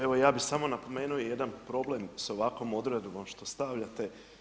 Evo ja bih samo napomenuo jedan problem sa ovakvom odredbom, što stavljate.